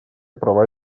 права